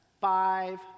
five